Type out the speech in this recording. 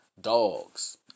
dogs